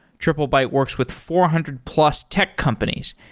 triplebyte works with four hundred plus tech companies,